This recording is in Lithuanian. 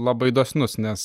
labai dosnus nes